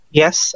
yes